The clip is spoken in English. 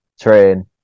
train